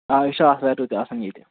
آ أسۍ چھِ آتھوارِ دۅہ تہِ آسان ییٚتہِ